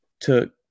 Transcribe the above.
took